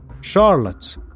Charlotte